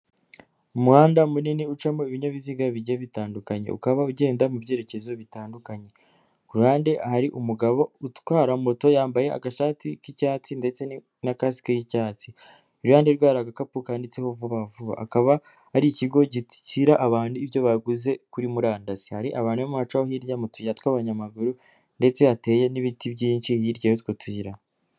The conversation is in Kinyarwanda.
umuhanda munini ucamo ibinyabiziga bijye bitandukanye ukaba ugenda mu byerekezo bitandukanye kuruhande hari umugabo utwara moto yambaye agashati k'icyatsi ndetse nakasike y'icyatsi iruhande rwe hari agakapu kanditseho vuba vuba akaba ari ikigo gishyira abantu ibyo baguze kuri murandasi hari abantu barimo baracaho hirya mu tuyira tw'abanyamaguru ndetse hateye n'ibiti byinshi hirya yutwo tuyira.